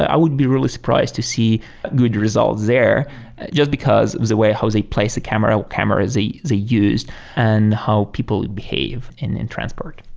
i would be really surprised to see good results there just because the way how they placed the cameras cameras they used and how people behave in in transport